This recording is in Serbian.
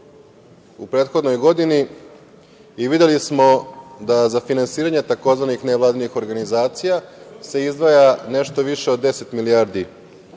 u prethodnoj godini i videli smo da za finansiranje takozvanih nevladinih organizacija se izdvaja nešto više od 10 milijardi